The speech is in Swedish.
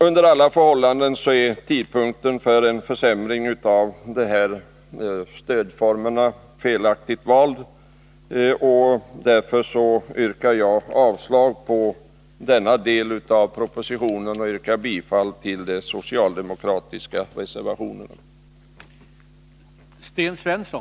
Under alla förhållanden är tidpunkten för en försämring av stödformerna felaktigt vald. Därför yrkar jag avslag på den del av propositionen som jag berört och bifall till de socialdemokratiska reservationerna.